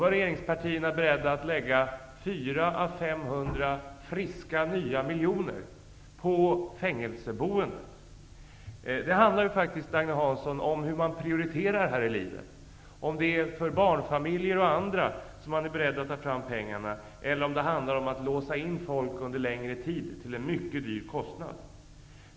Regeringspartierna är beredda att lägga 400-500 friska miljoner på fängelseboendet. Det handlar faktiskt om hur man prioriterar här i livet, Agne Hansson. Det handlar om huruvida man är beredd att ta fram pengarna för barnfamiljer och andra eller om man skall låsa in folk under en längre tid till en mycket hög kostnad.